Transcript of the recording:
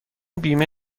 بیمه